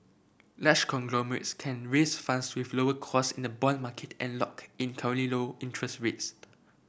large conglomerates can raise funds with lower cost in the bond market and lock in low interest rates